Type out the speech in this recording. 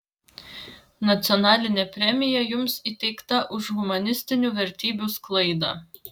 nacionalinė premija jums įteikta už humanistinių vertybių sklaidą